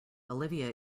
olivia